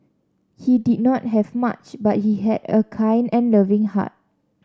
he did not have much but he had a kind and loving heart